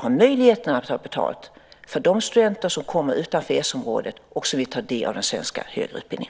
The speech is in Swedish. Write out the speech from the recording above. ha möjlighet att ta betalt för de studenter som kommer från länder utanför EES-området och som vill ta del av den svenska högre utbildningen?